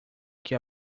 que